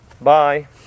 bye